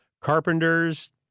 carpenters